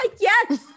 Yes